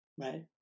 right